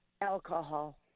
Alcohol